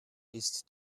ist